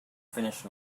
finish